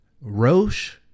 Roche